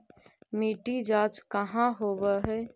मिट्टी जाँच कहाँ होव है?